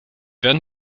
werden